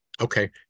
okay